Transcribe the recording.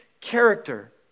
character